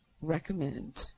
recommend